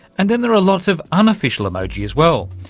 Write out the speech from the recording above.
and then there are lots of unofficial emoji as well,